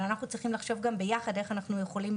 אבל אנחנו צריכים לחשוב גם ביחד איך אנחנו יכולים